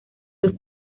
sus